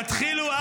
תודה.